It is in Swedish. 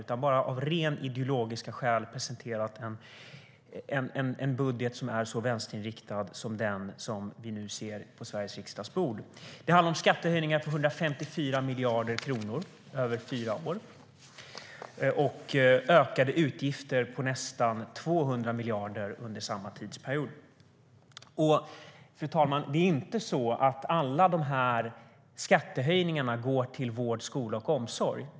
Regeringen har av bara rent ideologiska skäl presenterat en budget som är så vänsterinriktad som den som vi nu ser på Sveriges riksdags bord. Det handlar om skattehöjningar på 154 miljarder kronor över fyra år och ökade utgifter på nästan 200 miljarder under samma tidsperiod. Fru talman! Alla dessa skattehöjningar går inte till vård, skola och omsorg.